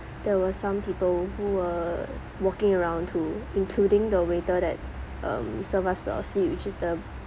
there were some people who were walking around to including the waiter that um served us to our seat which is the